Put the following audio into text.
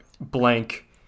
blank